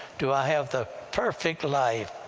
do i have the perfect life?